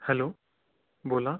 hello बोला